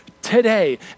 today